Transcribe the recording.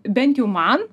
bent jau man